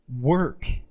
work